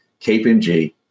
KPMG